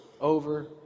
over